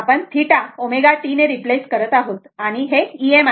आपण θ ωt ने रिप्लेस करत आहोत आणि हे Em आहे